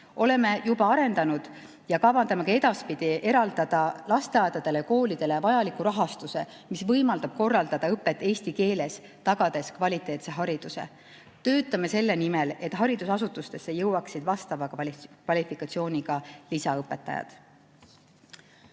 Oleme juba arendanud ja kavandame ka edaspidi eraldada lasteaedadele ja koolidele vajaliku rahastuse, mis võimaldab korraldada õpet eesti keeles, tagades kvaliteetse hariduse. Töötame selle nimel, et haridusasutustesse jõuaksid vastava kvalifikatsiooniga lisaõpetajad.